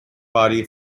body